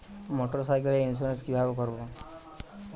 মোটরসাইকেলের ইন্সুরেন্স কিভাবে করব?